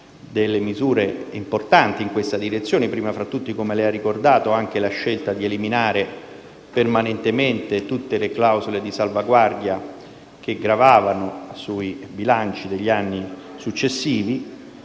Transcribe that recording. delle misure importanti in questa direzione e, prima fra tutte, come lei ha ricordato, la scelta di eliminare permanentemente tutte le clausole di salvaguardia che gravavano sui bilanci degli anni successivi.